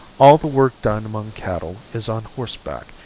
all the work done among cattle is on horseback,